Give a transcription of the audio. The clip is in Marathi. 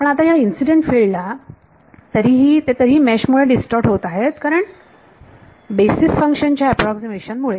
पण आता ह्या इन्सिडेंट फिल्ड ला ते तरीही मेश मुळे डीस्टॉर्ट होत आहेत कारण बेसीस फंक्शन च्या अॅप्रॉक्सीमेशन मुळे